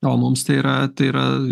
o mums tai yra tai yra